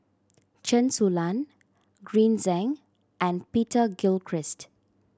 Chen Su Lan Green Zeng and Peter Gilchrist